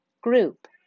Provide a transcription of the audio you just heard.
Group